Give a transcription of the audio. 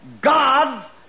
God's